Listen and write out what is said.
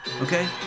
okay